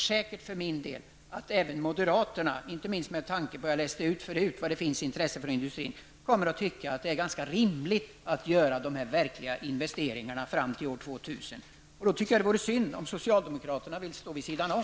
Själv tror jag att även moderaterna, inte minst med tanke på deras intresse för industrin, kommer att anse att det är rimligt att göra dessa stora investeringar fram till år 2000. Det vore synd om socialdemokraterna ställde sig vid sidan om.